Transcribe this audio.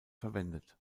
verwendet